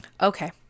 Okay